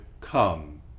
come